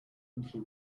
little